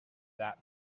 that